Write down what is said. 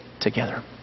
together